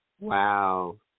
Wow